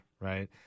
right